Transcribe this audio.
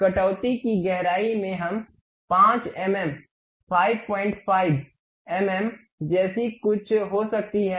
कटौती की गहराई में हम 5 एम एम 55 एम एम जैसे कुछ हो सकते हैं